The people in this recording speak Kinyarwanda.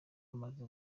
amaze